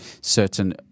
certain